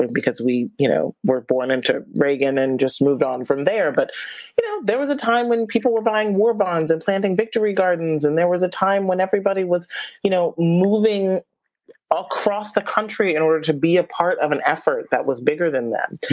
and because we you know were born into reagan and just moved on from there, but you know there was a time when people were buying war bonds and planting victory gardens. and there was a time when everybody was you know moving ah across the country in order to be a part of an effort that was bigger than them.